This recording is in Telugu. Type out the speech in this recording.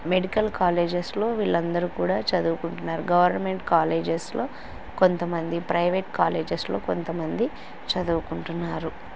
మెడికల్ కాలేజెస్లో వీళ్ళందరూ కూడా చదువుకుంటున్నారు గవర్నమెంట్ కాలేజెస్లో కొంతమంది ప్రైవేట్ కాలేజెస్లో కొంతమంది చదువుకుంటున్నారు